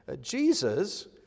Jesus